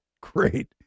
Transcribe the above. great